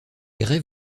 grès